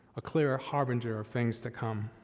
a clear harbinger of things to come.